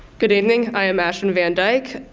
good evening i am ashton van dyke,